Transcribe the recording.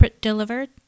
delivered